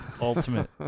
Ultimate